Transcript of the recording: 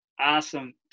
Awesome